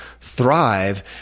thrive